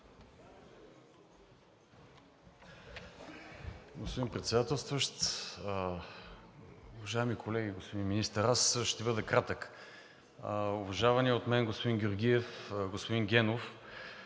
Господин Председателстващ, уважаеми колеги, господин Министър! Ще бъда кратък. На уважавания от мен господин Георгиев, господин Генов,